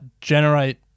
generate